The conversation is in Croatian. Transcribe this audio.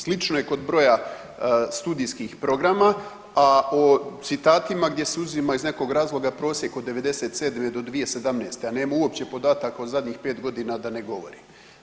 Slično je kod broja studijskih programa, a o citatima gdje se uzima iz nekog razloga prosjek od '97. do 2017., a nema uopće podataka o zadnjih 5.g. da ne govorim.